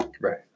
Right